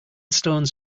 stones